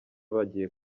bagiye